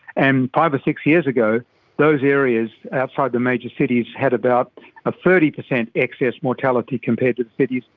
and five or six years ago those areas outside the major cities had about a thirty percent excess mortality compared to the cities,